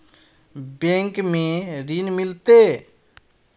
Bank में ऋण मिलते?